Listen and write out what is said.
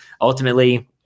ultimately